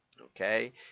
Okay